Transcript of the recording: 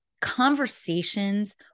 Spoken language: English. conversations